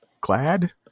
glad